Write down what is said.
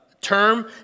term